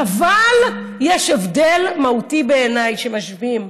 אבל יש הבדל מהותי בעיניי, כשמשווים.